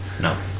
No